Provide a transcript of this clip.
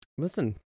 Listen